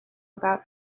about